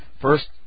first